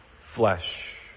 flesh